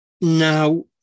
Now